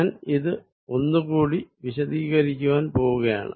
ഞാൻ ഇത് ഒന്നുകൂടി വിശദീകരിക്കുവാൻ പോകുകയാണ്